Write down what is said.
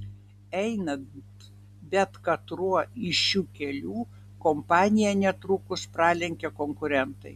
einant bet katruo iš šių kelių kompaniją netrukus pralenkia konkurentai